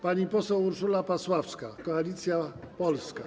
Pani poseł Urszula Pasławska, Koalicja Polska.